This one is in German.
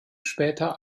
später